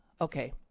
Okay